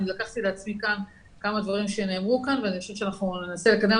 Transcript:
אני לקחתי לעצמי כאן כמה דברים שנאמרו כאן ואני חושבת שאנחנו ננסה לקדם